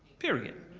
period.